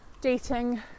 dating